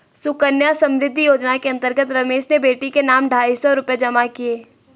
सुकन्या समृद्धि योजना के अंतर्गत रमेश ने बेटी के नाम ढाई सौ रूपए जमा किए